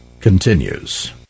continues